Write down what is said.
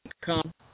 come